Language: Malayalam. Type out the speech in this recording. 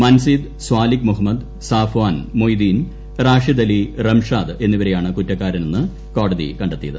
മൻസിദ് സാലിക് മുഹമ്മദ് സാഫ്യാൻ മൊയ്തീൻ റാഷിദ് അലി റംഷാദ് എന്നിവരെയാണ് കുറ്റക്കാരനെന്ന് കോടതി കണ്ടെത്തിയത്